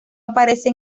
aparece